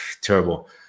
terrible